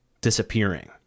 disappearing